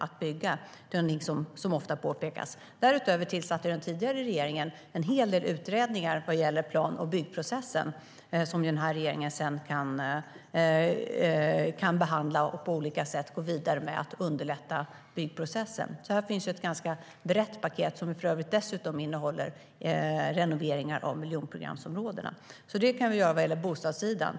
Det är något som ofta påpekas. Därutöver tillsatte den tidigare regeringen en hel del utredningar gällande plan och byggprocessen som den här regeringen kan behandla och gå vidare med på olika sätt för att underlätta byggprocessen. Här finns alltså ett ganska brett paket som dessutom innehåller renoveringar av miljonprogramsområdena. Det är alltså vad vi kan göra när det gäller bostadssidan.